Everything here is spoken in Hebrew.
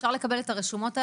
אפשר לקבל את הרשומות האלה?